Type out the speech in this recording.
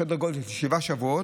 סדר גודל של שבעה שבועות,